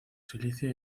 silicio